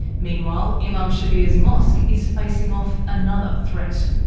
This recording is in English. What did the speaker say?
meanwhile, imam shabir's mosque is facing off another threat.